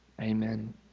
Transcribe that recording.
amen